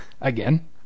again